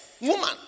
Woman